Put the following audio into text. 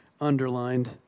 underlined